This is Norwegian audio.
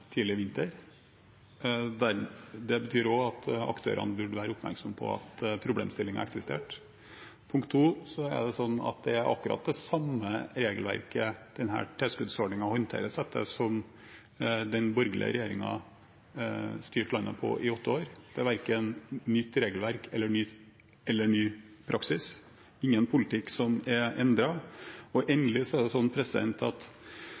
aktørene burde være oppmerksomme på at problemstillingen har eksistert. Punkt to er at denne tilskuddsordningen håndteres etter akkurat det samme regelverket som den borgerlige regjeringen styrte landet etter i åtte år. Det er verken nytt regelverk eller ny praksis, ingen politikk som er endret. Endelig er det sånn, som varslet, at